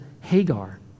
Hagar